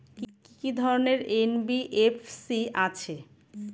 কি কি ধরনের এন.বি.এফ.সি আছে?